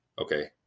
Okay